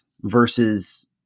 versus